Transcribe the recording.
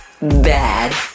bad